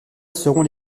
seront